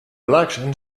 election